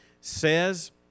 says